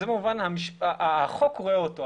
כמובן החוק רואה אותו.